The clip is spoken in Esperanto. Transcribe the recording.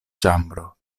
ĉambro